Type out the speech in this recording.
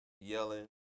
yelling